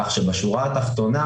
כך שבשורה התחתונה